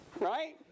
Right